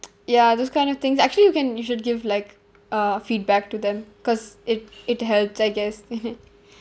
ya those kind of things actually you can you should give like uh feedback to them because it it helps I guess (uh huh)